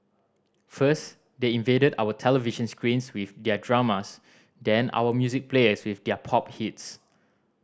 first they invaded our television screens with their dramas then our music players with their pop hits